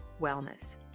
wellness